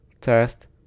test